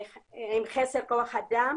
חסר בכוח אדם.